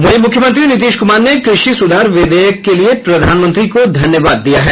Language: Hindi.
वहीं मुख्यमंत्री नीतीश कुमार ने कृषि सुधार विधेयक के लिए प्रधानमंत्री को धन्यवाद दिया है